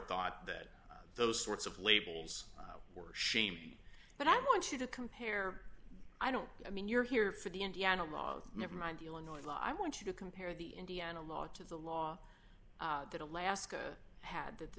thought that those sorts of labels were shame but i want you to compare i don't i mean you're here for the indiana law never mind the illinois law i want you to compare the indiana law to the law that alaska had that the